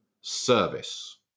service